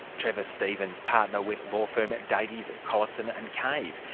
trevor stevens, partner with law firm davies, collison and cave.